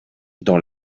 dans